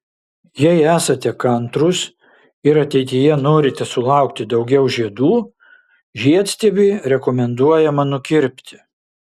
jei esate kantrūs ir ateityje norite sulaukti daugiau žiedų žiedstiebį rekomenduojama nukirpti